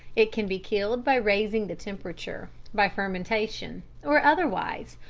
it can be killed by raising the temperature, by fermentation or otherwise,